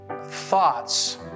thoughts